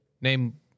name